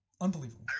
unbelievable